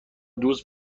دوست